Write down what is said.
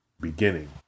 beginning